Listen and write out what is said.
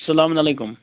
سلامُن علیکُم